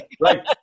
right